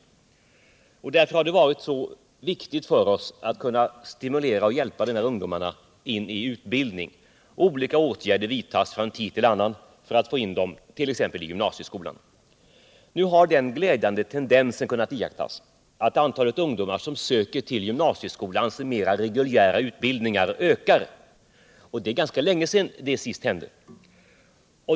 Därför har det varit så viktigt för oss att kunna stimulera och hjälpa dessa ungdomar in i utbildning. Olika åtgärder vidtas från tid till annan för att få in dem i t.ex. gymnasieskolan. Nu har den glädjande tendensen kunnat iakttagas att antalet ungdomar som söker till gymnasieskolans mera reguljära utbildningar ökar, och det är ganska länge sedan detta senast hände.